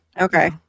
okay